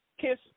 kiss